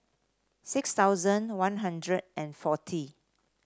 six thousand One Hundred and forty